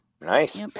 Nice